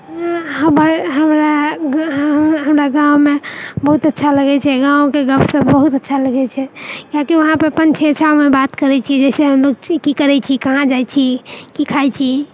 हमर हमरा हमरा गाममे बहुत अच्छा लगै छै गाँवके गपशप बहुत अच्छा लगै छै किआकि वहांँ पर अपन छै छामे बात करै छी जैसे हमलोग की करै छी कहाँ जाइत छी की खाइत छी